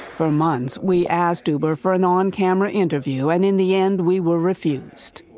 for months we asked uber for an on-camera interview and in the end, we were refused.